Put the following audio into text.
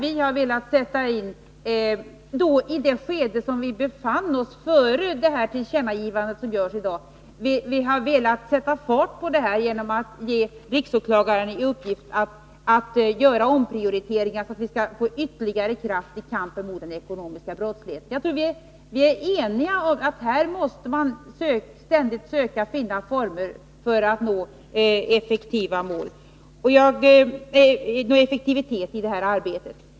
I det skede som vi befann oss i före Karl-Gustaf Mathssons tillkännagivande i dag ville vi sätta fart på denna verksamhet genom att ge riksåklagaren i uppgift att göra omprioriteringar för att vi skulle få ytterligare kraft i kampen mot den ekonomiska brottsligheten. Jag tror att vi är eniga om att vi ständigt måste söka finna former för att nå effektivitet i detta arbete.